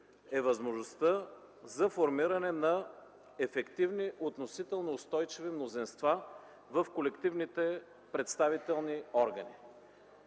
е възможността за формиране на ефективни, относително устойчиви мнозинства в колективните представителни органи.